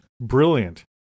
Brilliant